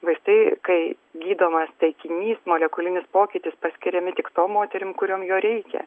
vaistai kai gydomas taikinys molekulinis pokytis paskiriami tik tom moterim kuriom jo reikia